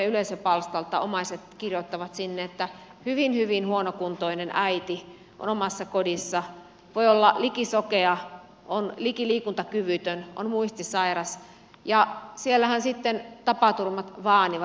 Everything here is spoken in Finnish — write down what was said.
omaiset kirjoittavat sinne että hyvin hyvin huonokuntoinen äiti on omassa kodissaan voi olla liki sokea on liki liikuntakyvytön on muistisairas ja siellähän sitten tapaturmat vaanivat